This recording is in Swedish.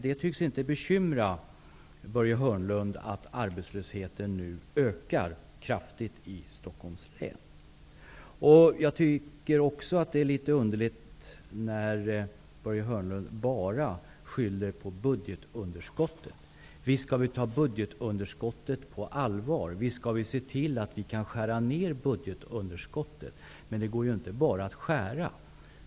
Det tycks inte bekymra Börje Hörnlund att arbetslösheten nu ökar kraftigt i Stockholms län. Det är också litet underligt att Börje Hörnlund bara skyller på budgetunderskottet. Visst skall vi ta budgetunderskottet på allvar och visst skall vi se till att vi kan skära ned budgetunderskottet. Men det går inte bara att skära.